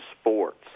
sports